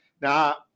Now